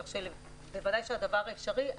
כך שבוודאי שהדבר אפשרי.